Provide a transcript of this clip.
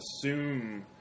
assume